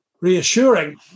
reassuring